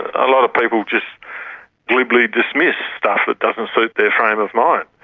a lot of people just glibly dismiss stuff that doesn't suit their frame of mind.